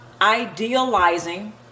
idealizing